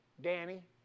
Danny